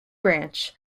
branch